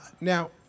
Now